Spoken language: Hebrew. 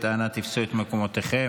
אנא תפסו את מקומותיכם.